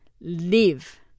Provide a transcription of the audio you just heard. live